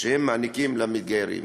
שאנו מעניקים למתגיירים.